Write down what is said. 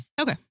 okay